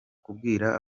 kubwira